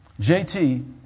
JT